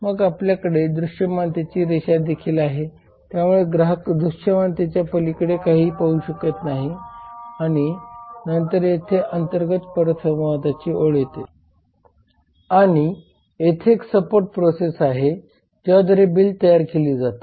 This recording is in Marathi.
मग आपल्याकडे दृश्यमानतेची रेषा देखील आहे त्यामुळे ग्राहक दृश्यमानतेच्या पलीकडे काहीही पाहू शकत नाही आणि नंतर येथे अंतर्गत परस्परसंवादाची ओळ येते आणि येथे एक सपोर्ट प्रोसेस आहे ज्याद्वारे बिले तयार केली जातात